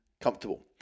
comfortable